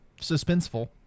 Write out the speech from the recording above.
suspenseful